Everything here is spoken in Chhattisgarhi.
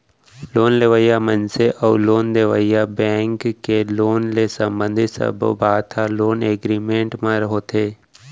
लोन लेवइया मनसे अउ लोन देवइया बेंक के लोन ले संबंधित सब्बो बात ह लोन एगरिमेंट म होथे